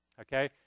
okay